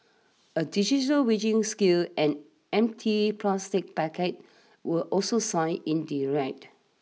a digital weighing scale and empty plastic packets were also seized in the raid